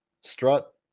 Strut